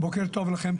בוקר טוב לכם.